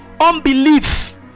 unbelief